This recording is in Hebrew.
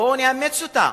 בואו נאמץ אותה.